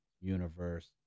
universe